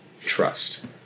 trust